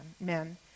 men